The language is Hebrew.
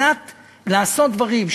כל מה שנלווה לעניין הזה.